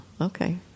Okay